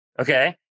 Okay